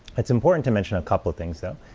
it's important to mention a couple things though.